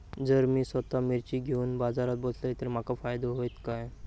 जर मी स्वतः मिर्ची घेवून बाजारात बसलय तर माका फायदो होयत काय?